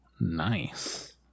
Nice